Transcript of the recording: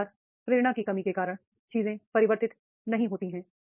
कई बार प्रेरणा की कमी के कारण चीजें परि वर्ति त नहीं होती हैं